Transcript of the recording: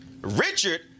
richard